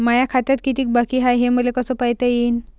माया खात्यात कितीक बाकी हाय, हे मले कस पायता येईन?